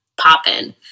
popping